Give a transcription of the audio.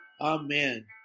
Amen